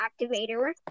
activator